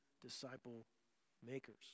disciple-makers